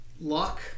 luck